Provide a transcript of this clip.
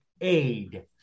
aid